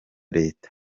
reta